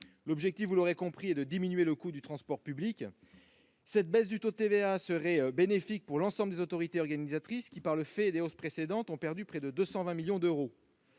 L'objectif, vous l'aurez compris, est de diminuer le coût du transport public. Cette baisse du taux de TVA serait bénéfique pour l'ensemble des autorités organisatrices, qui, à cause des hausses précédentes, ont perdu près de 220 millions d'euros.